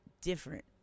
different